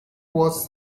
was